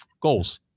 Goals